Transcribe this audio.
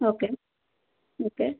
okay okay